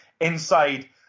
inside